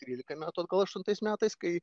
trylika metų atgal aštuntais metais kai